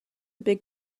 big